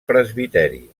presbiteri